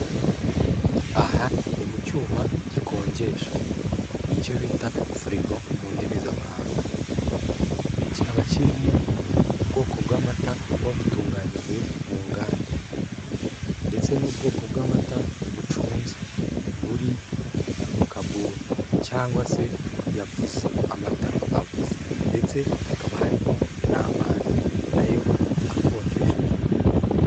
Aha ni mu cyuma gikonjesha icyo bita firigo mu ndimi z'amahanga kikaba kirimo ubwoko bw'amata buba butunganyijwe mu nganda ndetse n'ubwoko bw'amata bucunze buri mu kaboni cyangwa se yavuze amata avuze ndetse hakaba harimo n'amazi nayo akonjeshejwe.